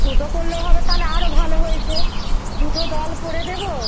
দুটো করলেও হবে তাহলে আরও ভালো হয়েছে দুটো দল করে দেবো